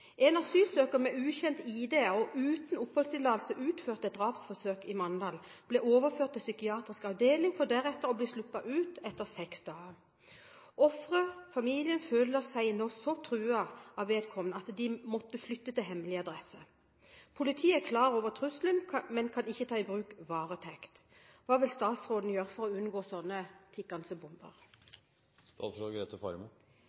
En asylsøker med ukjent ID og uten oppholdstillatelse utførte et drapsforsøk i Mandal, ble overført til psykiatrisk avdeling for deretter å bli sluppet ut etter seks dager. Offeret/familien føler seg nå så truet av vedkommende at de måtte flytte til hemmelig adresse. Politiet er klar over trusselen, men kan ikke ta i bruk varetekt. Hva vil statsråden gjøre for å unngå